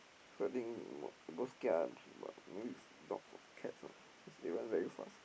so I think mo~ most kia I'm about maybe it's dogs or cats ah cause they run very fast